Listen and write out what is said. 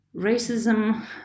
Racism